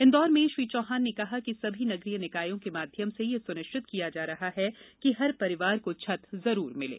इंदौर में श्री चौहान ने कहा कि सभी नगरीय निकायों के माध्यम से यह सुनिश्चित किया जा रहा है कि हर परिवार को छत जरूर मिले